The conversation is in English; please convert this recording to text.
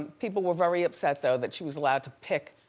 people were very upset though that she was allowed to pick